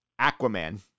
Aquaman